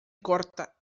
corta